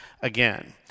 again